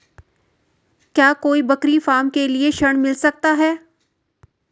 क्या कोई बकरी फार्म के लिए ऋण मिल सकता है?